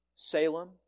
Salem